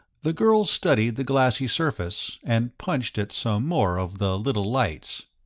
the girl studied the glassy surface and punched at some more of the little lights.